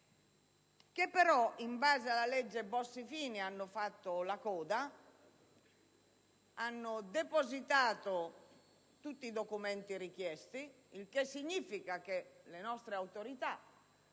che però, in base alla legge Bossi-Fini, hanno fatto «la coda» per depositare tutti i documenti richiesti. Questo significa che le nostre autorità